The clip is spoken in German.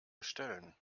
bestellen